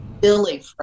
Billy